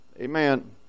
Amen